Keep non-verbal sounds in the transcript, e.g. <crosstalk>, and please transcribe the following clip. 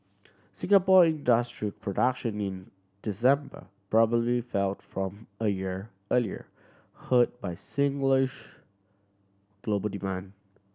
Singapore industrial production in December probably fell from a year earlier hurt by <unintelligible> global demand